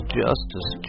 justice